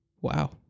wow